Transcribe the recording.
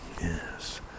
Yes